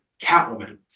Catwoman